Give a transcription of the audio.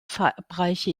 verabreiche